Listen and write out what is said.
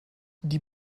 die